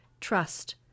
Trust